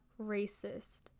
racist